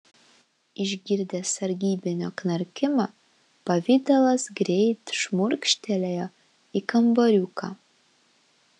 išgirdęs sargybinio knarkimą pavidalas greit šmurkštelėjo į kambariuką